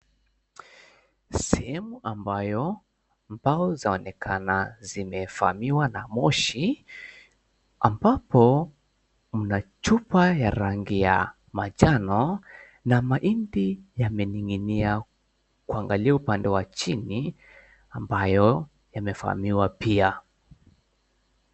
Sehemu ambayo mbao zaonekana zimevamiwa na moshi, ambapo mna chupa ya rangi ya manjano na mahindi yamening'inia kuangalia upande wa chini, ambayo yamevamiwa pia.